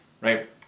right